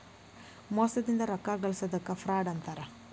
ಮೋಸದಿಂದ ರೊಕ್ಕಾ ಗಳ್ಸೊದಕ್ಕ ಫ್ರಾಡ್ ಅಂತಾರ